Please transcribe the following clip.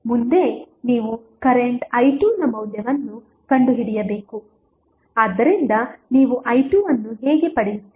ಮುಂದೆ ನೀವು ಕರೆಂಟ್ i2ನ ಮೌಲ್ಯವನ್ನು ಕಂಡುಹಿಡಿಯಬೇಕು ಆದ್ದರಿಂದ ನೀವು i2 ಅನ್ನು ಹೇಗೆ ಪಡೆಯುತ್ತೀರಿ